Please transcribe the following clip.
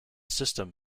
system